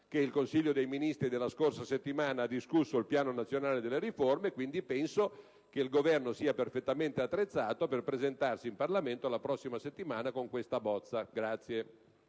che il Consiglio dei ministri della scorsa settimana ha discusso il Piano nazionale delle riforme, e quindi penso che il Governo sia perfettamente attrezzato a presentarsi in Parlamento la prossima settimana con questa bozza.